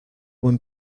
buen